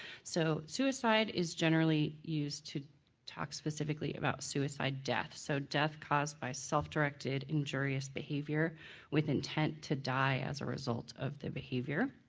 so suicide is generally used to tocks specifically about suicide deaths, so death caused by self-directed injureious depaiever with intent to day as a result of the behavior.